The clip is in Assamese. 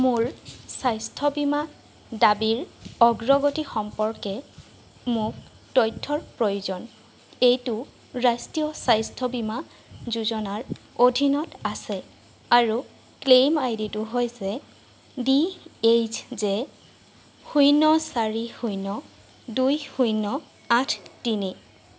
মোৰ স্বাস্থ্য বীমা দাবীৰ অগ্ৰগতি সম্পৰ্কে মোক তথ্যৰ প্ৰয়োজন এইটো ৰাষ্ট্ৰীয় স্বাস্থ্য বীমা যোজনাৰ অধীনত আছে আৰু ক্লেইম আইডিটো হৈছে ডি এইচ জে শূন্য চাৰি শূন্য দুই শূন্য আঠ তিনি